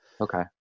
Okay